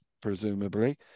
presumably